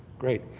great.